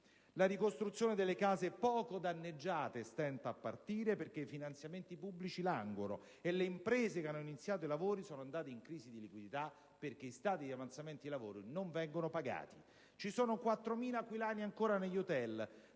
la ricostruzione delle case poco danneggiate stenta a partire perché i finanziamenti pubblici languono e le imprese che hanno iniziato i lavori sono andate in crisi di liquidità perché gli avanzamenti nei lavori non vengono pagati; ci sono 4.000 aquilani ancora negli hotel,